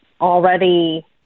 already